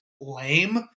lame